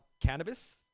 cannabis